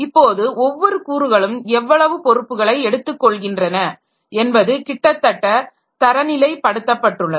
இப்போது ஒவ்வொரு கூறுகளும் எவ்வளவு பொறுப்புகளை எடுத்துக்கொள்கின்றன என்பது கிட்டத்தட்ட தரநிலை படுத்தப்பட்டுள்ளது